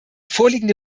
vorliegende